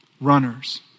runners